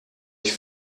ich